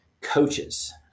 coaches